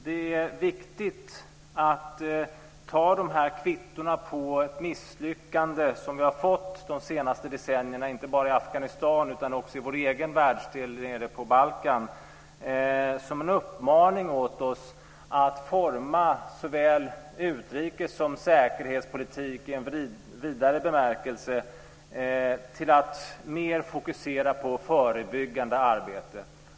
Det är viktigt att ta de här kvittona på misslyckande som vi har fått de senaste decennierna, inte bara i Afghanistan utan också i vår egen världsdel nere på Balkan, som en uppmaning åt oss att forma såväl utrikes som säkerhetspolitik i en vidare bemärkelse till att mer fokusera på förebyggande arbete.